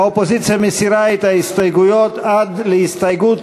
האופוזיציה מסירה את ההסתייגויות עד להסתייגות